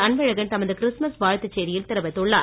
அன்பழகன் தமது கிறிஸ்துமஸ் வாழ்த்து செய்தியில் தெரிவித்துள்ளார்